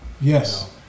Yes